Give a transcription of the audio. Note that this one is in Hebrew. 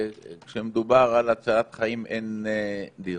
וכשמדובר על הצלת חיים, אין דיון.